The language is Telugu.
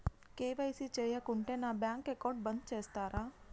కే.వై.సీ చేయకుంటే నా బ్యాంక్ అకౌంట్ బంద్ చేస్తరా?